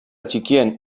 txikien